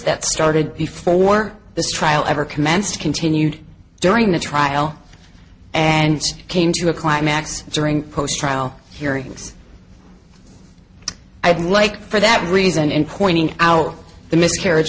that started before this trial ever commenced continued during the trial and came to a climax during post trial hearings i'd like for that reason in pointing out the miscarriage